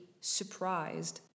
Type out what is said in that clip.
surprised